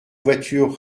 voiture